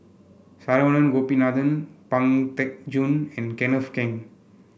Saravanan Gopinathan Pang Teck Joon and Kenneth Keng